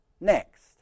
next